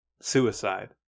suicide